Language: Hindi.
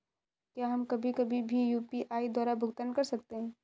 क्या हम कभी कभी भी यू.पी.आई द्वारा भुगतान कर सकते हैं?